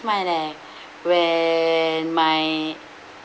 smile eh when my